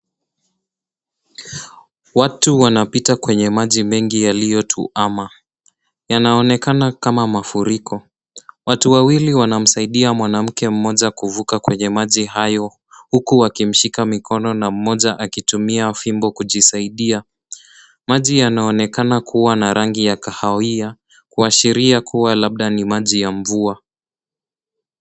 Watu wanapita kwenye maji mengi yaliyotuama. Yanaonekana kama mafuriko. Watu wawili wanamsaidia mwanamke mmoja kuvuka kwenye maji hayo, huku wakimshika mikono na mmoja akitumia fimbo kujisaidia. Maji yanaonekana kuwa na rangi ya kahawia, kuashiria kuwa labda ni maji mvua.